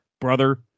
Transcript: brother